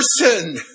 person